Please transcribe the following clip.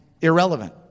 irrelevant